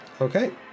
Okay